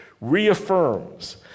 reaffirms